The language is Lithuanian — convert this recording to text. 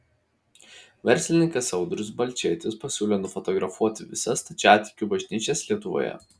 verslininkas audrius balčėtis pasiūlė nufotografuoti visas stačiatikių bažnyčias lietuvoje